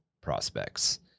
prospects